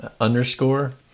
underscore